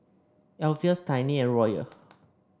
Alpheus Tiny and Royal